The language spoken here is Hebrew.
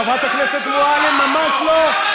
לא לא, חברת הכנסת מועלם, ממש לא.